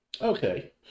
Okay